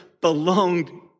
belonged